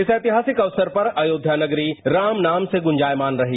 इस ऐतिहासिक अवसर पर अयोध्या नगरी राम नाम से गुजायमान रही